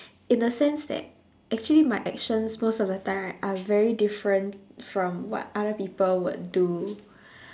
in a sense that actually my actions most of the time right are very different from what other people would do